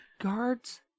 guards